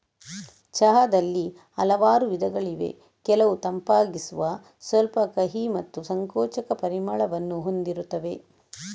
ಚಹಾದಲ್ಲಿ ಹಲವು ವಿಧಗಳಿವೆ ಕೆಲವು ತಂಪಾಗಿಸುವ, ಸ್ವಲ್ಪ ಕಹಿ ಮತ್ತು ಸಂಕೋಚಕ ಪರಿಮಳವನ್ನು ಹೊಂದಿರುತ್ತವೆ